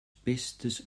bestes